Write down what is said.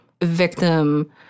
victim